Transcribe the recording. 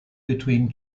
between